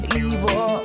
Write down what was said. evil